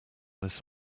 this